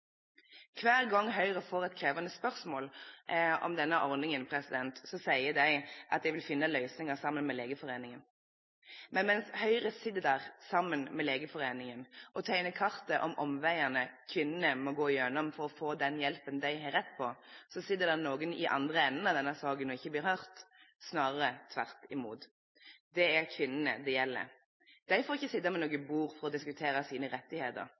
Hver gang Høyre får et krevende spørsmål om denne ordningen, sier de at de vil finne løsninger sammen med Legeforeningen, men mens Høyre sitter sammen med Legeforeningen og tegner kartet med omveiene kvinnene må gå for å få den hjelpen de har rett til, sitter det noen i den andre enden av denne saken og ikke blir hørt – snarere tvert imot. Det er kvinnene det gjelder. De får ikke sitte ved noe bord for å diskutere sine rettigheter.